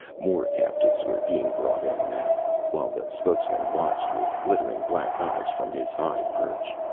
more captives were being brought in now, while the spokesman watched with glittering black eyes from his high perch.